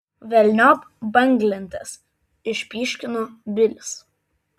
velniop banglentes išpyškino bilis